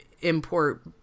import